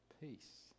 peace